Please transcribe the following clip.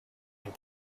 and